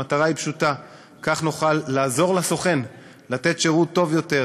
המטרה היא פשוטה: כך נוכל לעזור לסוכן לתת שירות טוב יותר